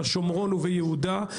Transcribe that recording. בשומרון וביהודה,